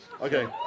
Okay